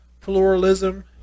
pluralism